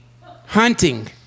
Hunting